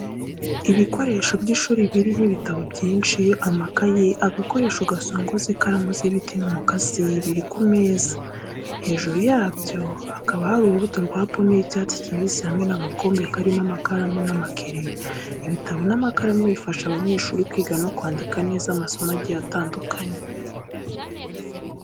Ibikoresho by’ishuri birimo ibitabo byinshi, amakaye, agakoresho gasongoza ikaramu z'ibiti n'umukasi biri ku meza, hejuru yabyo hakaba hari urubuto rwa pome y’icyatsi kibisi hamwe n’agakombe karimo amakaramu n'amakereyo. Ibitabo n’amakaramu bifasha abanyeshuri kwiga no kwandika neza amasomo agiye atandukanye.